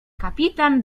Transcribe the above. kapitan